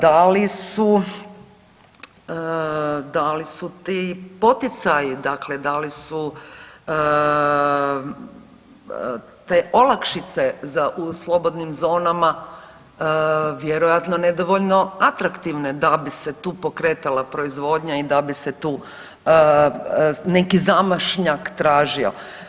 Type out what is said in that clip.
Da li su ti poticaji, dakle da li su te olakšice u slobodnim zonama vjerojatno nedovoljno atraktivne da bi se tu pokretala proizvodnja i da bi se neki zamašnjak tražio?